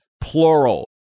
plural